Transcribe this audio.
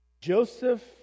Joseph